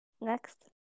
Next